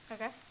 Okay